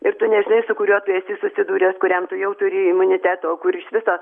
ir tu nežinai su kuriuo tu esi susidūręs kuriam tu jau turėjai imunitetą o kur iš viso